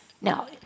Now